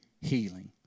healing